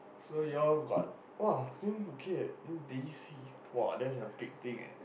so you all got oh then okay then D_C !wah! that's a big thing eh